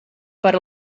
per